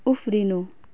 उफ्रिनु